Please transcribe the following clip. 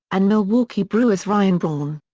and milwaukee brewers' ryan braun.